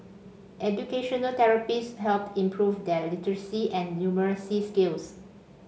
educational therapists helped improve their literacy and numeracy skills